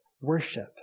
worship